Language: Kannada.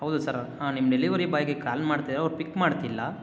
ಹೌದು ಸರ್ ಹಾಂ ನಿಮ್ಮ ಡೆಲಿವರಿ ಬಾಯಿಗೆ ಕಾಲ್ ಮಾಡಿದೆ ಅವರು ಪಿಕ್ ಮಾಡ್ತಿಲ್ಲ